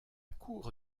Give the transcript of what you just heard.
cour